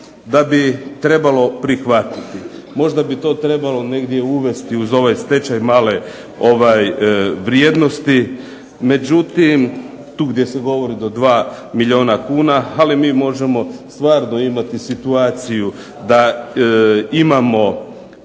da bi trebalo prihvatiti. Možda bi to trebalo negdje uvesti uz ovaj stečaj male vrijednosti, međutim tu gdje se govori do 2 milijuna kuna, ali mi možemo stvarno imati situaciju da imamo